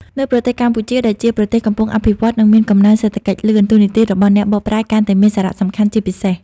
នៅប្រទេសកម្ពុជា ដែលជាប្រទេសកំពុងអភិវឌ្ឍន៍ និងមានកំណើនសេដ្ឋកិច្ចលឿន តួនាទីរបស់អ្នកបកប្រែកាន់តែមានសារៈសំខាន់ជាពិសេស។